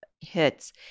hits